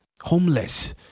homeless